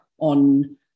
On